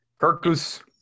Kirkus